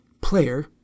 player